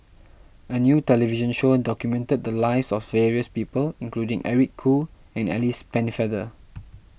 a new television show documented the lives of various people including Eric Khoo and Alice Pennefather